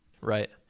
Right